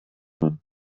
room